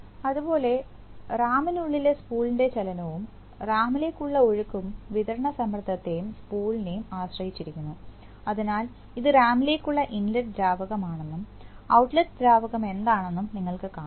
അതുപോലെ റാമിന് ഉള്ളിലെ സ്പൂളിന്റെ ചലനവും റാമിലേക്കുള്ള ഒഴുക്കും വിതരണ സമ്മർദ്ദത്തെയും സ്പൂളിനെയും ആശ്രയിച്ചിരിക്കുന്നു അതിനാൽ ഇത് റാമിലേക്കുള്ള ഇൻലെറ്റ് ദ്രാവകമാണെന്നും ഔട്ട്ലെറ്റ് ദ്രാവകം എന്താണെന്നും നിങ്ങൾക്ക്കാണാം